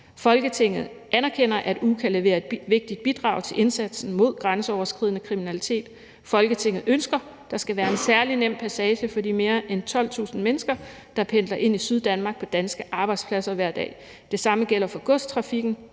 Folketinget anerkender, at UKA leverer et vigtigt bidrag til indsatsen mod grænseoverskridende kriminalitet. Folketinget ønsker, at der skal være en særlig nem passage for de mere end 12.000 mennesker, der pendler ind i Syddanmark på danske arbejdspladser hver dag. Det samme gælder for godstrafikken,